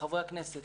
לחברי הכנסת